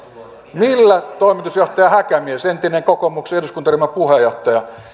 millä toimitusjohtaja häkämies entinen kokoomuksen eduskuntaryhmän puheenjohtaja